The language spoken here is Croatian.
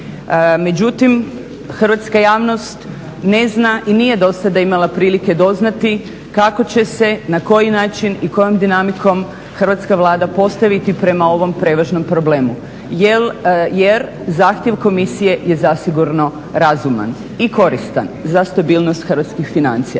Međutim, hrvatska javnost ne zna i nije dosada imala prilike doznati kako će se, na koji način i kojom dinamikom Hrvatska Vlada postaviti prema ovom prevažnom problemu jer zahtjev Komisije je zasigurno razuman i koristan za stabilnost hrvatskih financija.